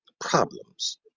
problems